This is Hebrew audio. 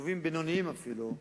יישובים בינוניים אפילו,